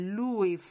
lui